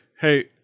hey